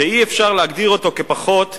שאי-אפשר להגדיר אותו כפחות ממושלם.